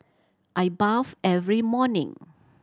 I bathe every morning